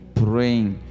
praying